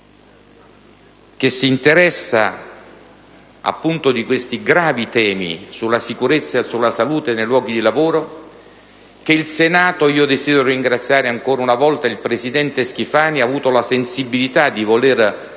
che si interessa, appunto, di questi gravi temi della sicurezza e della salute sui luoghi di lavoro. Io desidero ringraziare ancora una volta il presidente Schifani, che ha avuto la sensibilità di voler